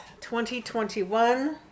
2021